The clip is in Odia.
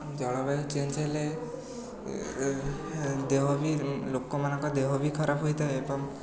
ଜଳବାୟୁ ଚେଞ୍ଜ ହେଲେ ଦେହ ବି ଲୋକମାନଙ୍କ ଦେହ ବି ଖରାପ ହୋଇଥାଏ ଏବଂ